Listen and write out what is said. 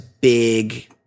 big